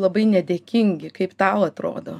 labai nedėkingi kaip tau atrodo